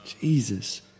Jesus